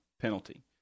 penalty